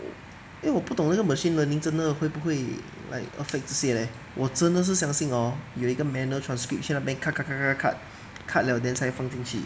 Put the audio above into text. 因为我不懂那个 machine learning 真的会不会 like affect 这些 leh 我真的是相信 hor 有一个 manual transcription 在那边 cut cut cut cut cut cut liao then 才放进去